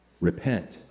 Repent